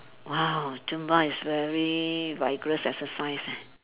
!wow! zumba is very vigorous exercise eh